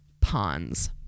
pawns